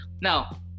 Now